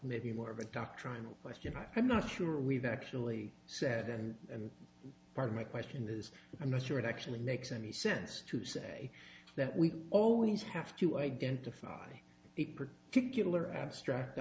maybe more of a doctrinal question i am not sure we've actually said and and part of my question is i'm not sure it actually makes any sense to say that we always have to identify a